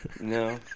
No